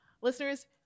listeners